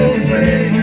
away